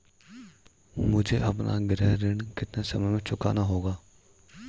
मुझे अपना गृह ऋण कितने समय में चुकाना होगा?